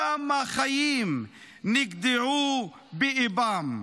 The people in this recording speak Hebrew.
כמה חיים נגדעו באיבם.